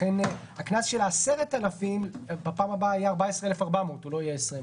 לפי הנמוך מביניהם."